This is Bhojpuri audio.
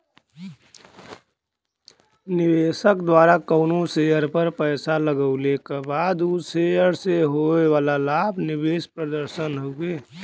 निवेशक द्वारा कउनो शेयर पर पैसा लगवले क बाद उ शेयर से होये वाला लाभ निवेश प्रदर्शन हउवे